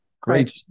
Great